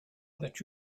that